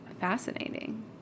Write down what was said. fascinating